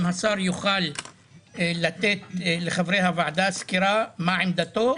אם השר יוכל לתת לחברי הוועדה סקירה מה עמדתו,